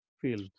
field